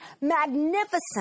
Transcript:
magnificent